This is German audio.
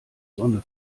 sonne